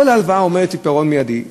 כל ההלוואה עומדת לפירעון מיידי.